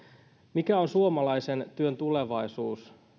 mikä on suomalaisen työn tulevaisuus